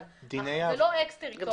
אבל זה לא אקס טריטוריה.